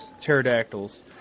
pterodactyls